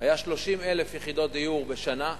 היה 30,000 יחידות דיור בשנה,